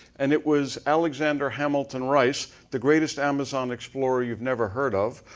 and it was alexander hamilton rice, the greatest amazon explorer you've never heard of.